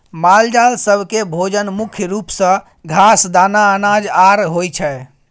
मालजाल सब केँ भोजन मुख्य रूप सँ घास, दाना, अनाज आर होइ छै